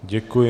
Děkuji.